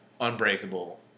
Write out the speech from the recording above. unbreakable